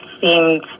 seemed